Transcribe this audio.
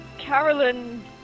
Carolyn